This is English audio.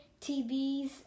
TVs